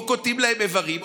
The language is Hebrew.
או קוטעים להם איברים,